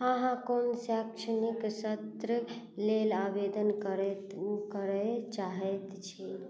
अहाँ कोन शैक्षणिक सत्र लेल आवेदन करैत करै चाहै छी